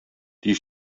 die